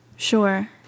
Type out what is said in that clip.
Sure